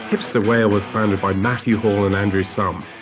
hipster whale was founded by matthew hall and andrew sum.